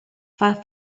far